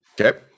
Okay